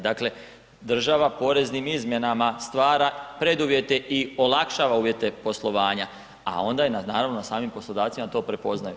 Dakle, država poreznim izmjenama stvara preduvjete i olakšava uvjete poslovanja, a onda je naravno na samim poslodavcima da to prepoznaju.